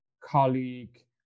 colleague